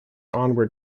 onward